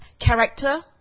character